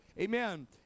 Amen